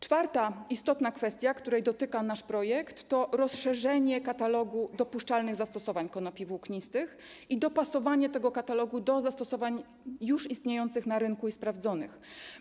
Czwarta istotna kwestia, której dotyka nasz projekt, to rozszerzenie katalogu dopuszczalnych zastosowań konopi włóknistych i dopasowanie tego katalogu do zastosowań już istniejących na rynku i sprawdzonych.